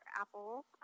Apple